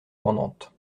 pendantes